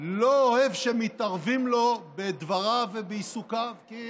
לא אוהב שמתערבים לו בדבריו ובעיסוקיו, כי